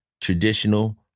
traditional